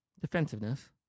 defensiveness